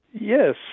Yes